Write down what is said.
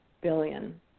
billion